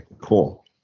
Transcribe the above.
cool